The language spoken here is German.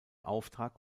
auftrag